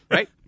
Right